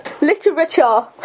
Literature